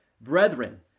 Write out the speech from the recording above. Brethren